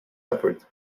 effort